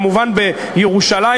כמובן בירושלים,